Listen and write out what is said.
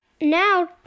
Now